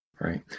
Right